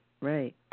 right